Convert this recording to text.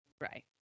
Right